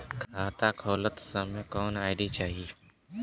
खाता खोलत समय कौन आई.डी चाही?